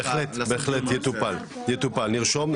בהחלט, בהחלט, יטופל, נרשום,